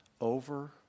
over